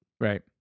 Right